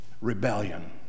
rebellion